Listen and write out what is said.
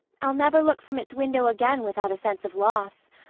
i'll never look from its window again without a sense of loss.